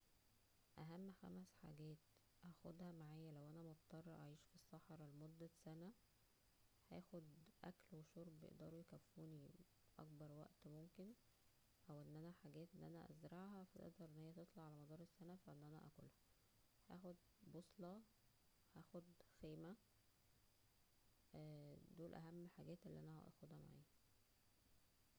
اهم خمس حاجات اخدها معايا لو انا مضطرة اعيش فى الصحرا لمدة سنة, اكل وشرب يقدروا يكفونى اكبر وقت ممكن او ان انا حاجات ازرعها فا تقدلر ان هلا تطلع على مدار السنة فا ان انا اكلها, هاخد بصة هاخد خيمة اه دول اهم حاجات اللى انا هاخدها معايا